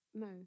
No